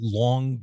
long